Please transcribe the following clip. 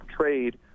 trade